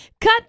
cut